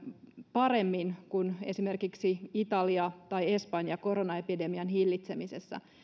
paremmin kuin esimerkiksi italia tai espanja koronaepidemian hillitsemisessä